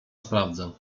sprawdzę